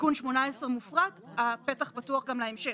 תיקון 18 מופרט הפתח פתוח גם להמשך,